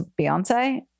Beyonce